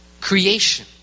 Creation